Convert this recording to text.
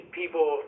people